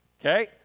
Okay